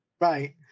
Right